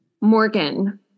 Morgan